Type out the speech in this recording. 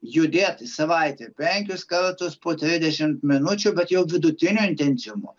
judėt į savaitę penkis kartus po trisdešimt minučių bet jau vidutiniu intensyvumu